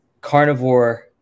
carnivore